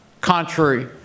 contrary